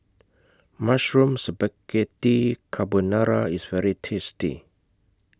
Mushroom Spaghetti Carbonara IS very tasty